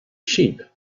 sheep